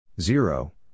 Zero